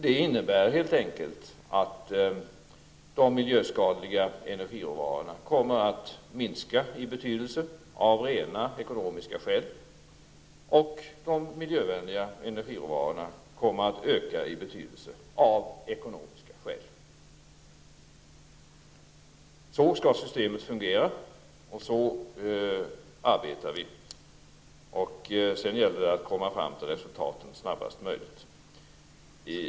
Detta innebär helt enkelt att de miljöskadliga energiråvarorna kommer att minska i betydelse av rena ekonomiska skäl, samtidigt som de miljövänliga energiråvarorna kommer att öka i betydelse av samma skäl. Så skall systemet fungera och så arbetar vi. Sedan gäller det att komma fram till resultat snabbast möjligt.